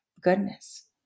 goodness